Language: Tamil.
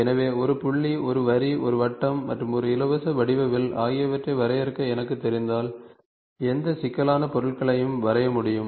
எனவே ஒரு புள்ளி ஒரு வரி ஒரு வட்டம் மற்றும் ஒரு இலவச வடிவ வில் ஆகியவற்றை வரையறுக்க எனக்குத் தெரிந்தால் எந்த சிக்கலான பொருட்களையும் வரைய முடியும்